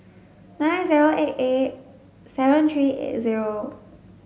nine zero eight eight seven three eight zero